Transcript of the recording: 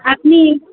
আপনি